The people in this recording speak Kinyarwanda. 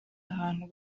ahantu